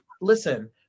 listen